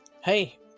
Hey